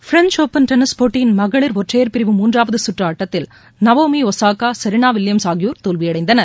French Open tennis போட்டியின் மகளிர் ஒற்றையர் பிரிவு மூன்றாவது கற்று ஆட்டத்தில் நவோமி ஒசாகா மற்றும் செரீனா வில்லியம்ஸ் தோல்வியடைந்தனர்